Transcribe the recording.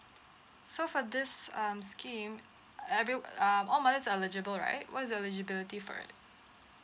so for this um scheme every uh all mothers are eligible right what is the eligibility for it